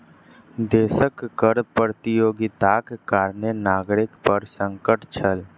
देशक कर प्रतियोगिताक कारणें नागरिक पर संकट छल